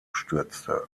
stürzte